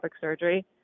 surgery